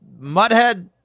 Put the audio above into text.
Mudhead